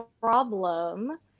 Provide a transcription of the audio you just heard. problem